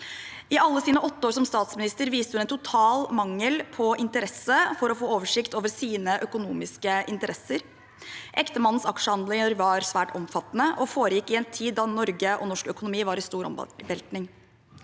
I alle sine åtte år som statsminister viste hun en total mangel på interesse for å få oversikt over sine økonomiske interesser. Ektemannens aksjehandler var svært omfattende og foregikk i en tid da Norge og norsk økonomi var i stor omveltning.